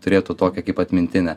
turėtų tokią kaip atmintinę